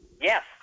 Yes